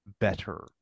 better